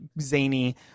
zany